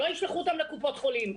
שלא ישלחו אותם לקופות החולים,